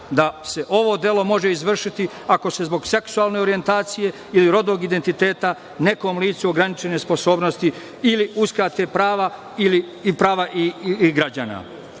da se ovo delo može izvršiti ako se zbog seksualne orjentacije ili rodnog identiteta nekom licu ograničene sposobnosti ili uskrate prava ili prava građana. Više